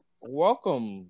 welcome